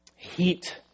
heat